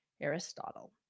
Aristotle